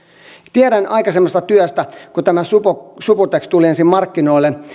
tiedän aikaisemmasta työstäni kun tämä subutex subutex tuli ensin markkinoille